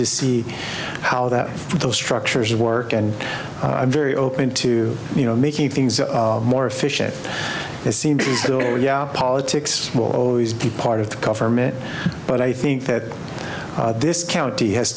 to see how that those structures work and i'm very open to you know making things more efficient it seems politics will always be part of the government but i think that this county has